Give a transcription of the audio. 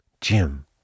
Jim